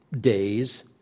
days